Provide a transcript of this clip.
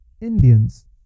Indians